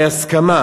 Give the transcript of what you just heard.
הסכמה